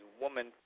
woman